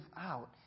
out